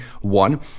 one